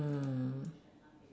mm